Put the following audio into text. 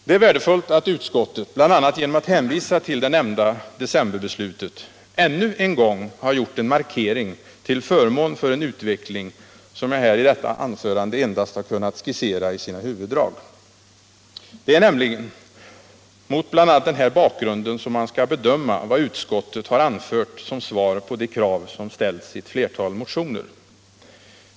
Det är värdefullt att utskottet — bl.a. genom att hänvisa till nämnda decemberbeslut — ännu en gång har gjort en markering till förmån för en utveckling som jag här i detta anförande endast har kunnat skissera i sina huvuddrag. Det är nämligen mot bl.a. denna bakgrund som man skall bedöma vad utskottet har anfört som svar på de krav som ställts i ett flertal motioner.